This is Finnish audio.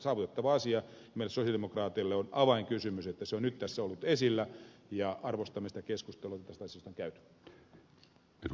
meille sosialidemokraateille on avainkysymys että se on nyt tässä ollut esillä ja arvostamme sitä keskustelua jota tästä asiasta on käyty